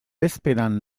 bezperan